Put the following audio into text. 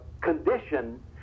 condition